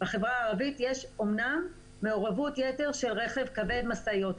בחברה הערבית יש אומנם מעורבות יתר של רכב כבד ומשאיות.